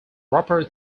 roper